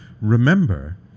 Remember